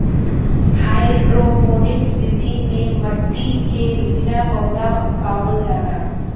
hydroponics विधि में मट्टी के बिना पौधा उगावल जाला